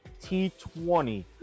T20